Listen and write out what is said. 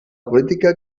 política